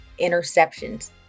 interceptions